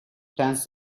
plants